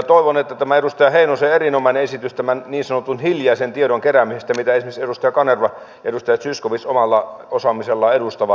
toivon että toteutuisi tämä edustaja heinosen erinomainen esitys tämän niin sanotun hiljaisen tiedon keräämisestä mitä esimerkiksi edustaja kanerva ja edustaja zyskowicz omalla osaamisellaan edustavat